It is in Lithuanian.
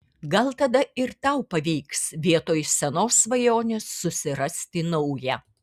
gal tada ir tau pavyks vietoj senos svajonės susirasti naują